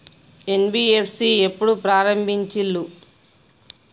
NBFC ఎప్పుడు ప్రారంభించిల్లు?